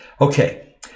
Okay